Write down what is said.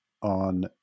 on